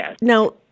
now